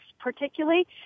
Particularly